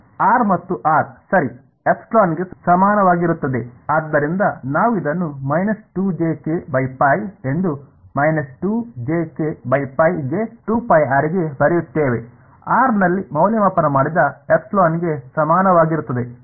r ಮತ್ತು r ಸರಿ ε ಗೆ ಸಮಾನವಾಗಿರುತ್ತದೆ ಆದ್ದರಿಂದ ನಾವು ಇದನ್ನು ಎಂದು ಗೆ ಗೆ ಬರೆಯುತ್ತೇವೆ r ನಲ್ಲಿ ಮೌಲ್ಯಮಾಪನ ಮಾಡಿದ ε ಗೆ ಸಮಾನವಾಗಿರುತ್ತದೆ